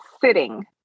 sitting